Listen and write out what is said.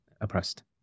oppressed